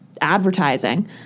advertising